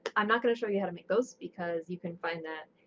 i'm not gonna show you how to make those, because you can find that,